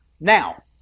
Now